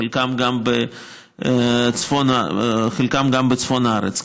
חלקם גם בצפון הארץ.